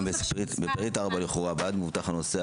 גם בפריט 4 לכאורה: "בעד מבוטח הנוסע